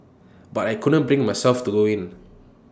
but I couldn't bring myself to go in